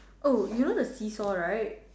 oh you know the see saw right